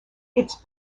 its